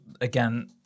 again